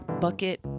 bucket